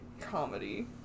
comedy